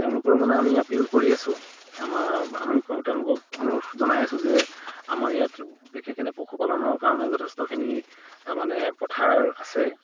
তেওঁলোকেও মানে আমি কৰি আছো আমাৰ আমি তেওঁলোকক অনুৰোধ জনাই আছো যে আমাৰ ইয়াত বিশেষ পশুপালনৰ কাৰণে যথেষ্টখিনি মানে পথাৰ আছে